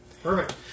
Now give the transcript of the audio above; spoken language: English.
Perfect